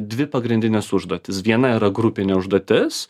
dvi pagrindinės užduotys viena yra grupiniu užduotis